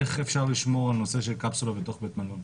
איך אפשר לשמור על נושא של קפסולה בתוך בית מלון?